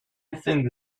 think